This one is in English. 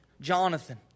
Jonathan